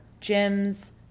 gyms